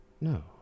No